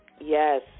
yes